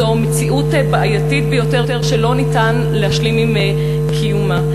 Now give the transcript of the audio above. זו מציאות בעייתית ביותר שלא ניתן להשלים עם קיומה.